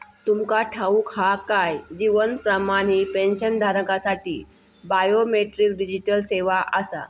तुमका ठाऊक हा काय? जीवन प्रमाण ही पेन्शनधारकांसाठी बायोमेट्रिक डिजिटल सेवा आसा